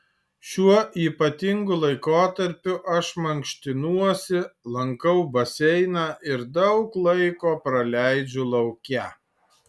šiuo ypatingu laikotarpiu aš mankštinuosi lankau baseiną ir daug laiko praleidžiu lauke